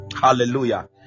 hallelujah